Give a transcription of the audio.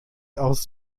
aus